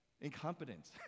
incompetence